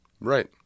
Right